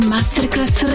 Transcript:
Masterclass